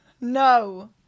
No